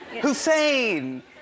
Hussein